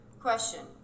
Question